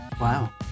Wow